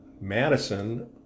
Madison